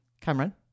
Cameron